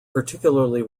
particularly